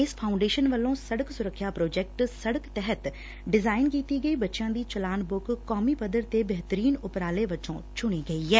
ਇਸ ਫਾਉਡੇਸ਼ਨ ਵੱਲੋ ਸੜਕ ਸੁਰੱਖਿਆ ਪ੍ਰੋਜੈਕਟ ਸੜਕ ਤਹਿਤ ਡਿਜ਼ਾਇਨ ਕੀਤੀ ਗਈ ਬੱਚਿਆਂ ਦੀ ਚਲਾਨ ਬੁੱਕ ਕੌਮੀ ਪੱਧਰ ਤੇ ਬੇਹਤਰੀਨ ਉਪਰਾਲੇ ਵਜੋਂ ਚੁਣੀ ਗਈ ਐ